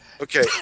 Okay